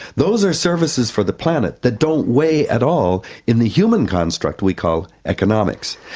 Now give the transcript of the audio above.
those are services for the planet that don't weigh at all in the human construct we call economics.